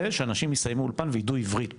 שאנשים יסיימו אולפן וידעו עברית בסוף.